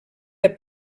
cada